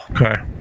Okay